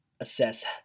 assess